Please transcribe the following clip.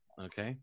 Okay